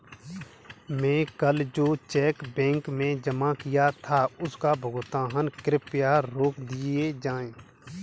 मैं कल जो चेक बैंक में जमा किया था उसका भुगतान कृपया रोक दीजिए